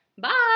Bye